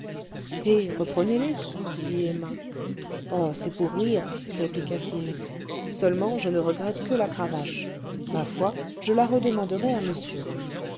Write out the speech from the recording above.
eh reprenez-les dit emma oh c'est pour rire répliqua-t-il seulement je ne regrette que la cravache ma foi je la redemanderai à monsieur